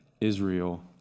Israel